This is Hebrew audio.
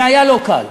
זה היה לא קל.